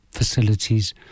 Facilities